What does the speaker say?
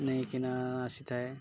ନେଇକିନା ଆସିଥାଏ